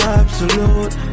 absolute